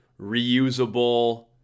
reusable